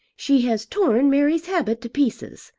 she has torn mary's habit to pieces.